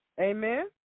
Amen